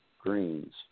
greens